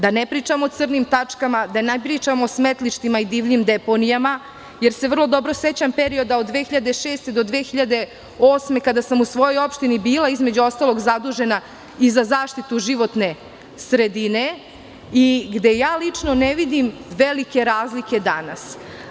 Da ne pričam o crnim tačkama, da ne pričam o smetlištima i divljim deponijama, jer se vrlo dobro sećam perioda od 2006. do 2008 godine kada sam u svojoj opštini bila, između ostalog, zadužena i za zaštitu životne sredine, gde lično ne vidim velike razlike danas.